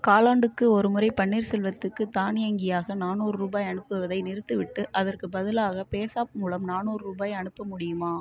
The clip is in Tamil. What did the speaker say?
காலாண்டுக்கு ஒருமுறை பன்னீர் செல்வத்துக்கு தானியங்கியாக நானூறு ரூபாய் அனுப்புவதை நிறுத்திவிட்டு அதற்கு பதிலாக பேசாப் மூலம் நானூறு ரூபாய் அனுப்ப முடியுமா